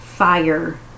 fire